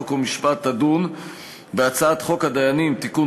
חוק ומשפט תדון בהצעת חוק הדיינים (תיקון,